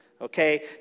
Okay